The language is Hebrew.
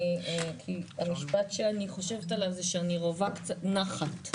כי המשפט שאני חושבת על זה שאני רווה קצת נחת,